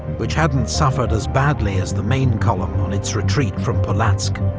which hadn't suffered as badly as the main column on its retreat from polotsk.